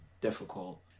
difficult